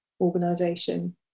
organization